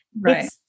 Right